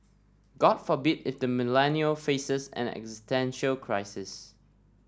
god forbid if the Millennial faces an existential crisis